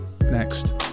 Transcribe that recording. Next